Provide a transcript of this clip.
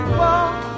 walk